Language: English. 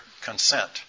consent